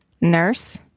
Nurse